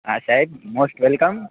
હા સાહેબ most welcome